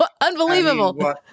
unbelievable